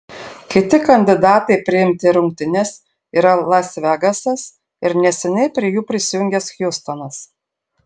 kiti kandidatai priimti į rungtynes yra las vegasas ir neseniai prie jų prisijungęs hjustonas